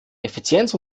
effizienz